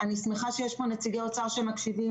אני שמחה שיש פה נציגי אוצר שמקשיבים.